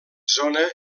zona